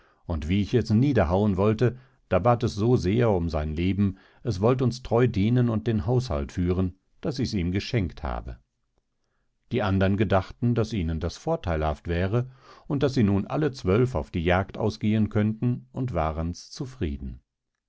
und wie ich es niederhauen wollte da bat es so sehr um sein leben es wollt uns treu dienen und den haushalt führen daß ichs ihm geschenkt habe die andern gedachten daß ihnen das vortheilhaft wäre und daß sie nun alle zwölf auf die jagd ausgehen könnten und warens zufrieden